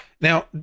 Now